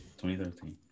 2013